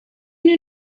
knew